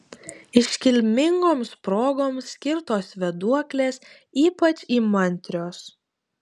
iškilmingoms progoms skirtos vėduoklės ypač įmantrios